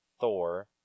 Thor